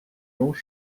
longs